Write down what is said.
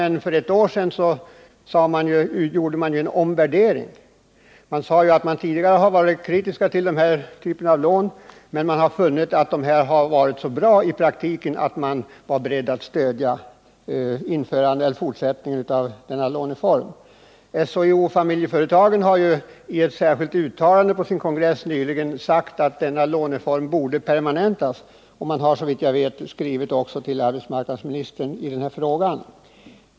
Men för ett år sedan gjorde man en omvärdering. LO sade att man tidigare varit kritisk till den här typen av lån men funnit att de varit så bra i praktiken att man var beredd att stödja en fortsättning av den här låneformen. SHIO-Familjeföretagen har i ett särskilt uttalande vid sin kongress nyligen sagt att denna låneform borde permanentas. Och man har, såvitt jag vet, gjort en framställning till arbetsmarknadsministern i frågan.